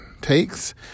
takes